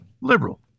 liberal